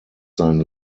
sein